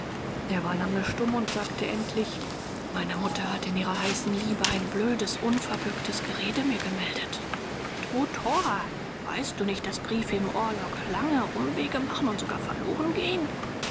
er war lange stumm und sagte endlich meine mutter hat in ihrer heißen liebe ein blödes unverbürgtes gerede mir gemeldet du tor polterte der alte weißt du nicht daß briefe im orlog lange umwege machen und sogar verloren gehen